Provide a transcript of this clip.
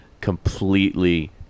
completely